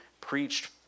preached